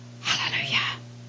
Hallelujah